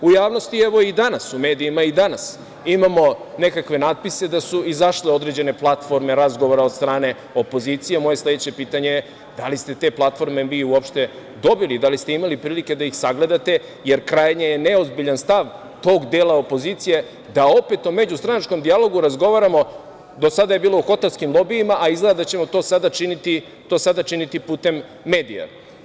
U javnosti evo i danas, u medijima i danas imamo nekakve natpise da su izašle određene platformom razgovora od strane opozicije, a moje sledeće pitanje je da li ste te platforme vi uopšte dobili, da li ste imali prilike da ih sagledate, jer krajnje je neozbiljan stav tog dela opozicije da opet o međustranačkom dijalogu razgovaramo, do sada je bilo u hotelskim lobijima, a izgleda da ćemo to sada činiti putem medija?